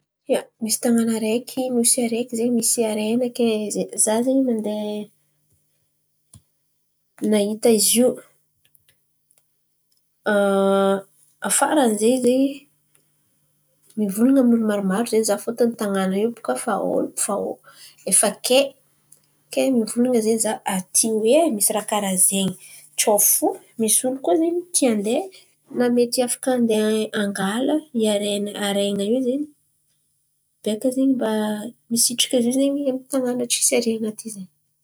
Ia, misy tan̈àna areky nosy areky zen̈y misy harena kay. Za zen̈y nandeha nahita izy io, afara ny zen̈y zen̈y mivolan̈a amy ny olo maromaro zen̈y za. Fôtiny tanàn̈a io baka fa sô efa kay. Ke mivolan̈a zen̈y za aty hoe misy raha karà zen̈y tsô fo misy olo koa zen̈y tia andeha, na mety afaka andeha andeha angala harain̈y. Harena io zen̈y beka zen̈y mba misitriky zen̈y tanàn̈a tsy haraina ity zen̈y.